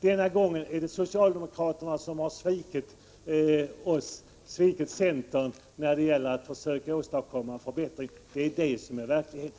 Denna gång är det socialdemokraterna — 2 april 1986 som har svikit centern när det gäller att försöka åstadkomma en förbättring. Det är detta som är verkligheten.